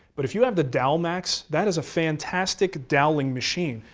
but if you have the dowelmax that is a fantastic doweling machine.